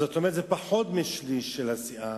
זאת אומרת שזה פחות משליש של הסיעה.